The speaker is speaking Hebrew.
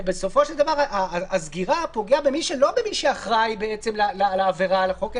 ובסופו של דבר הסגירה פוגעת לא במי שאחראי לעבירה על החוק,